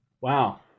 Wow